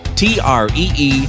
tree